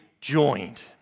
joined